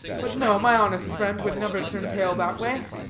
but no, my honest friend would never turn tail that way.